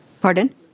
Pardon